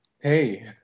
Hey